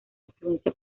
influencia